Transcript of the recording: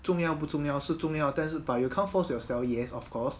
重要不重要是重要但是 but you can't force yourself yes of course